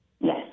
Yes